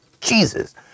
Jesus